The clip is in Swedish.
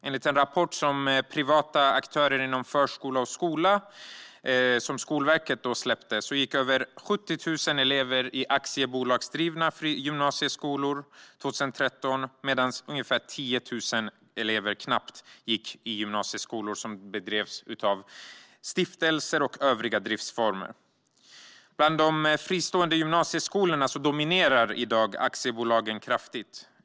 Enligt Skolverkets rapport Privata aktörer inom förskola och skola var det 2013 över 70 000 elever som gick i aktiebolagsdrivna gymnasieskolor, medan knappt 10 000 elever gick i gymnasieskolor som drevs som stiftelser eller övriga driftsformer. Bland de fristående gymnasieskolorna dominerar i dag aktiebolagen kraftigt.